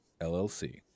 LLC